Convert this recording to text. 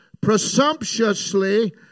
presumptuously